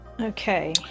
Okay